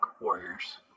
warriors